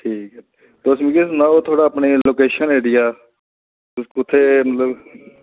ठीक तुस मी एह् सनाओ कि मेन लोकेशन जेहड़ी एह्